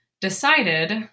decided